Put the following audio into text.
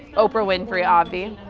oprah winfrey, obvy,